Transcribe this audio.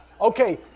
Okay